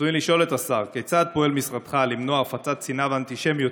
ברצוני לשאול את השר: כיצד פועל משרדך למנוע הפצת שנאה ואנטישמיות